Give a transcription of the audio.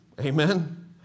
Amen